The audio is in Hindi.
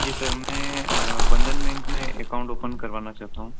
जी सर मैं बंधन बैंक में अकाउन्ट ओपन करवाना चाहता हूँ